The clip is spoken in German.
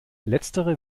letztere